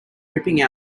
ripping